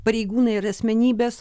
pareigūnai yra asmenybės